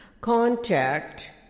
Contact